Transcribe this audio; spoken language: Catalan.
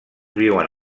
viuen